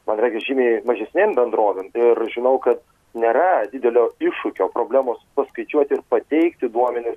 man regis žymiai mažesnėm bendrovėm ir žinau kad nėra didelio iššūkio problemos paskaičiuoti ir pateikti duomenis